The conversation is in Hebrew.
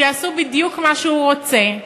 שיעשו בדיוק מה שהוא רוצה,